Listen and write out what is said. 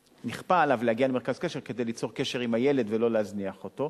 נכפה עליו להגיע למרכז קשר כדי ליצור קשר עם הילד ולא להזניח אותו,